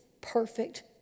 perfect